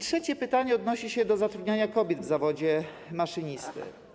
Trzecie pytanie odnosi się do zatrudniania kobiet w zawodzie maszynisty: